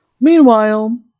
Meanwhile